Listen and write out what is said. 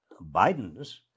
Bidens